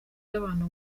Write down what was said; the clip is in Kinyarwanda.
y’abantu